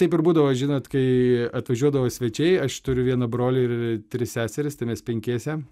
taip ir būdavo žinot kai atvažiuodavo svečiai aš turiu vieną brolį ir tris seseris tai mes penkiese